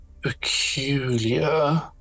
peculiar